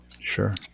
sure